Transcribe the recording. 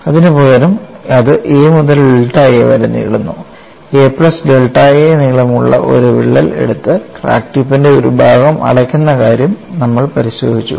അതിനുപകരം അത് a മുതൽ ഡെൽറ്റ a വരെ നീളുന്നു a പ്ലസ് ഡെൽറ്റ a നീളമുള്ള ഒരു വിള്ളൽ എടുത്ത് ക്രാക്ക് ടിപ്പിന്റെ ഒരു ഭാഗം അടയ്ക്കുന്ന കാര്യം നമ്മൾ പരിശോധിച്ചു